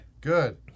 Good